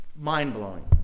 mind-blowing